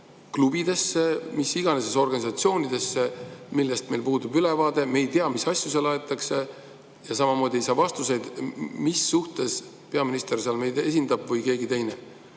klubidesse ja organisatsioonidesse, millest meil puudub ülevaade. Me ei tea, mis asju seal aetakse, ja samamoodi me ei saa vastuseid, mis suhtes peaminister või keegi teine